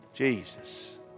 Jesus